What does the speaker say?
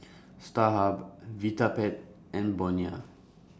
Starhub Vitapet and Bonia